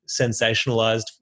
sensationalized